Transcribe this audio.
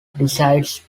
decides